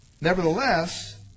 Nevertheless